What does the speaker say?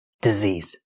disease